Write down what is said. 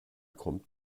kommt